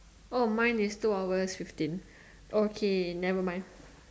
oh mine is two hour fifteen okay never mind